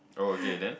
oh okay then